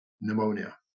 pneumonia